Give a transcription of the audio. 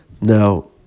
Now